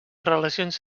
relacions